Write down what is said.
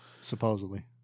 Supposedly